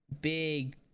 Big